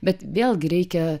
bet vėlgi reikia